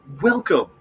Welcome